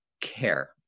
care